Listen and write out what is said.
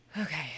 okay